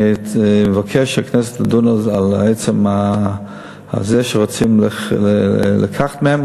אני מבקש שהכנסת תדון על עצם זה שרוצים לקחת מהם,